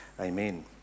amen